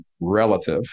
relative